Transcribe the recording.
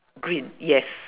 green yes